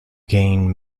gain